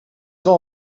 van